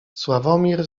sławomir